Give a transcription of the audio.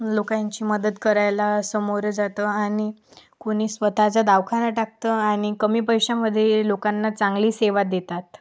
लोकांची मदत करायला समोर जातो आणि कोणी स्वत चा दवाखाना टाकतं आणि कमी पैशामध्ये लोकांना चांगली सेवा देतात